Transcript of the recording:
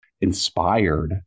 inspired